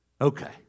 Okay